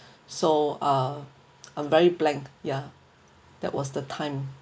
so ah I'm very blank ya that was the time